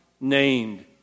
named